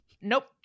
Nope